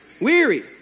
Weary